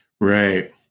Right